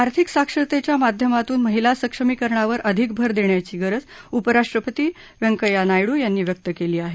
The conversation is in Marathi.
आर्थिक साक्षरतेच्या माध्यमातून महिला सक्षमीकरणावर अधिक भर देण्याची गरज उपराष्ट्रपती व्यंकय्या नायडू यांनी व्यक्त केली आहे